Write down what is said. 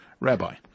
Rabbi